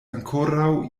ankoraŭ